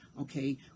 Okay